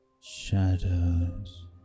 Shadows